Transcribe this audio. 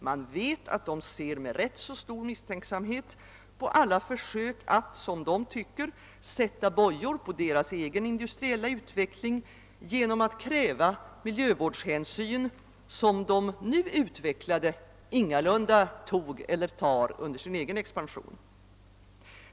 Vi vet att de ser med ganska stor misstänksamhet på alla förslag att, såsom de tycker, sätta bojor på deras egen industriella utveckling genom att kräva miljövårdshänsyn som de nu utvecklade länderna ingalunda tagit eller tar under sin expansion.